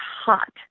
hot